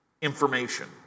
information